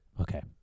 Okay